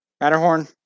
Matterhorn